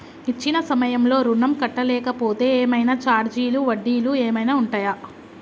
ఇచ్చిన సమయంలో ఋణం కట్టలేకపోతే ఏమైనా ఛార్జీలు వడ్డీలు ఏమైనా ఉంటయా?